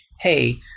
hey